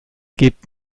gebt